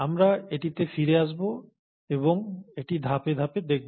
আমরা এটিতে ফিরে আসব এবং এটি ধাপে ধাপে দেখব